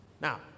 Now